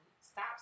stop